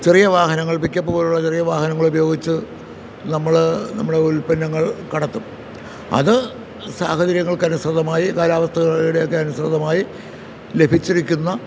ചെറിയ വാഹനങ്ങൾ പിക്കപ്പ് പോലുള്ള ചെറിയ വാഹനങ്ങളുപയോഗിച്ച് നമ്മൾ നമ്മുടെ ഉല്പ്പന്നങ്ങൾ കടത്തും അത് സാഹചര്യങ്ങൾക്കനുസൃതമായി കാലാവസ്ഥയുടെ ഒക്കെ അനുസൃതമായി ലഭിച്ചിരിക്കുന്ന